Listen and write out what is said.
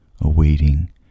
awaiting